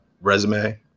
resume